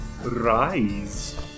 rise